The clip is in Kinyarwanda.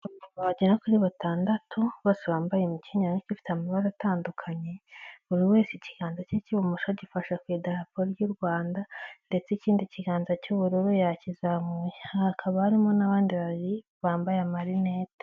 Abantu bagera kuri batandatu bose bafite amabara atandukanye buri wese ikiganza cye cy'ibumoso gifashe ku idarapo ry'uRwanda ndetse ikindi kiganza cy'ubururu yakizamuye hakaba harimo n'abandi babiri bambaye amarinete.